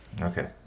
okay